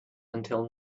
until